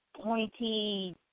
pointy